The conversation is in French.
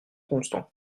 constant